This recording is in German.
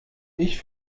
ich